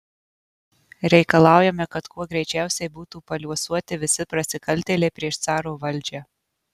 reikalaujame kad kuo greičiausiai būtų paliuosuoti visi prasikaltėliai prieš caro valdžią